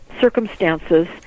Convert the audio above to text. circumstances